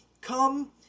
come